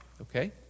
Okay